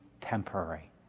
temporary